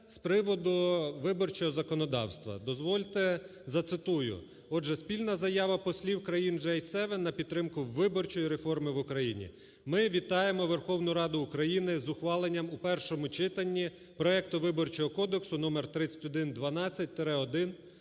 з приводу виборчого законодавства. Дозвольте зацитую. Отже, спільна заява послів країн G7 на підтримку виборчої реформи в Україні: "Ми вітаємо Верховну Раду України з ухваленням у першому читанні проекту Виборчого кодексу (№ 3112-1).